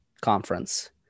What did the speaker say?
conference